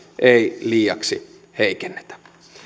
ei liiaksi heikennetä